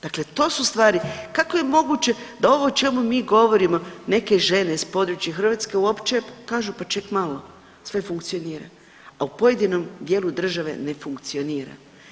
Dakle to su stvari, kako je moguće da ovo o čemu mi govorimo neke žene s područja Hrvatske uopće kažu pa ček malo sve funkcionira, a pojedinom dijelu države ne funkcionira.